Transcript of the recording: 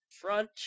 front